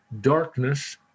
darkness